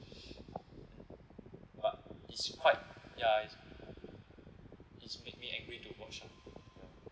but it's quite ya it's it's made me angry to watch lah ya